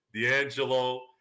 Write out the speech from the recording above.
D'Angelo